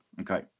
Okay